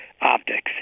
optics